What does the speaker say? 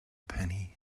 penny